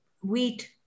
wheat